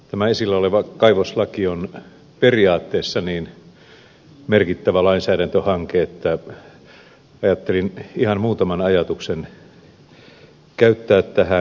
tämä esillä oleva kaivoslaki on periaatteessa niin merkittävä lainsäädäntöhanke että ajattelin ihan muutaman ajatuksen käyttää tähän